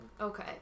Okay